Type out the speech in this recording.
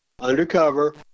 undercover